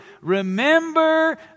Remember